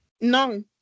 no